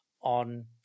on